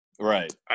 Right